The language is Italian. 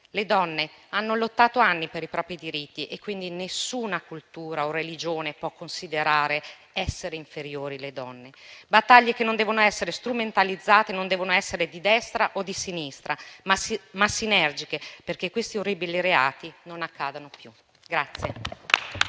Le donne hanno lottato anni per i propri diritti e nessuna cultura o religione le può considerare esseri inferiori. Tali battaglie non devono essere strumentalizzate e non devono essere di destra o di sinistra, ma sinergiche, perché questi orribili reati non accadano più.